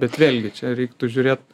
bet vėlgi čia reiktų žiūrėt